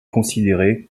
considérée